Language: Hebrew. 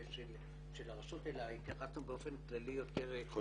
של הרשות אלא התייחסנו באופן כללי יותר לגבי